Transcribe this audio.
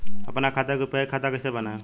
आपन खाता के यू.पी.आई खाता कईसे बनाएम?